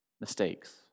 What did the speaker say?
mistakes